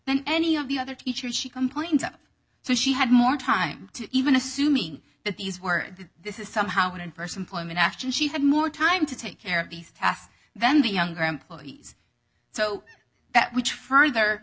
than any of the other teachers she can point out so she had more time to even assuming that these were this is somehow going st employment after she had more time to take care of these tasks than the younger employees so that which further